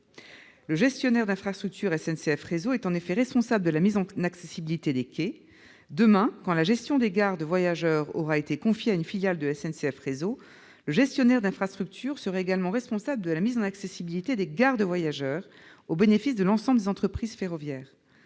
le gestionnaire d'infrastructure SNCF Réseau est responsable de la mise en accessibilité des quais. Demain, quand la gestion des gares de voyageurs aura été confiée à une filiale de SNCF Réseau, le gestionnaire d'infrastructure sera également responsable de la mise en accessibilité des gares de voyageurs, au bénéfice de l'ensemble des entreprises ferroviaires.